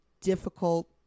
difficult